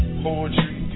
poetry